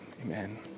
amen